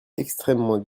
extrêmement